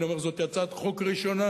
ואני אומר שזו הצעת חוק ראשונה.